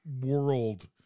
world